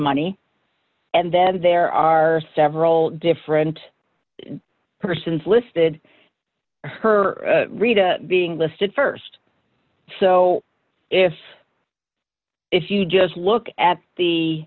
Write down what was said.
money and then there are several different persons listed her rita being listed st so if if you just look at the